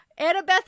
Annabeth